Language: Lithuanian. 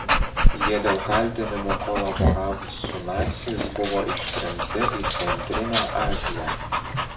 jie dėl kaltinimų kolaboravus su naciais buvo ištremti į centrinę aziją